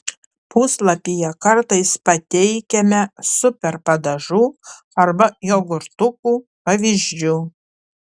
puslapyje kartais pateikiame super padažų arba jogurtukų pavyzdžių